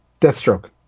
Deathstroke